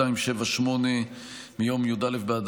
סעיף 71ב לחוק המקרקעין קובע כי ההסכמה